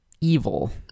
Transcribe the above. evil